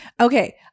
Okay